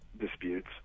disputes